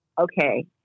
Okay